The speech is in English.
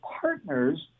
partners